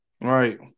Right